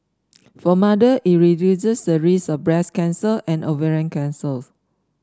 for mother it reduces the risk of breast cancer and ovarian cancers